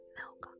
milk